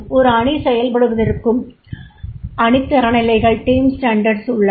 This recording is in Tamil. ஒரு அணி செயல்படுவதற்கும் அணித் தரநிலைகள் உள்ளன